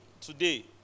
today